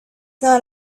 not